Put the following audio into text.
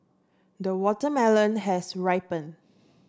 the watermelon has ripened